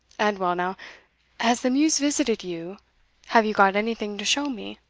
and well now has the muse visited you have you got anything to show me?